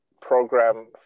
program